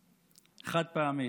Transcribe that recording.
חד-פעמית.